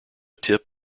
tip